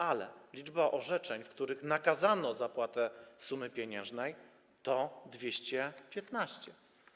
A liczba orzeczeń, w których nakazano zapłatę sumy pieniężnej, to 215.